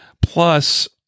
plus